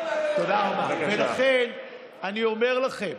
לכן אני אומר לכם: